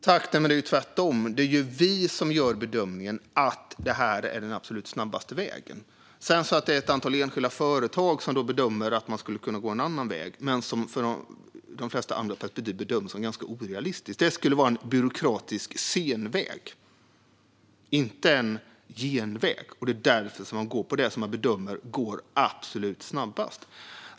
Fru talman! Nej, det är tvärtom. Det är vi som gör bedömningen att detta är den absolut snabbaste vägen. Sedan är det ett antal enskilda företag som bedömer att man skulle kunna gå en annan väg. De flesta andra bedömer det som ganska orealistiskt. Det skulle vara en byråkratisk senväg, inte en genväg. Det är därför som man går på det som man bedömer går absolut snabbast.